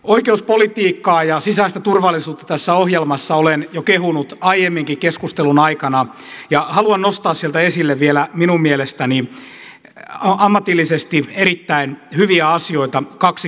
oikeuspolitiikkaa ja sisäistä turvallisuutta tässä ohjelmassa olen jo kehunut aiemminkin keskustelun aikana ja haluan nostaa sieltä esille vielä minun mielestäni ammatillisesti erittäin hyviä asioita kaksi kappaletta